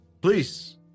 Please